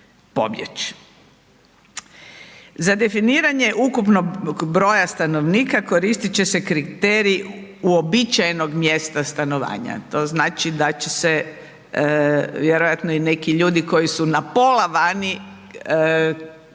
Za definiranje ukupnog broja stanovnika koristiti će se kriterij uobičajenog mjesta stanovanja, to znači da će se vjerojatno neki ljudi koji su na pola vani,